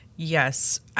Yes